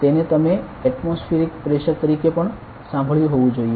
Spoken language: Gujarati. તેને તમે એટમોસફીયરીક પ્રેશર તરીકે પણ સાંભળ્યું હોવું જોઈએ